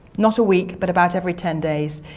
not a week but about every ten days.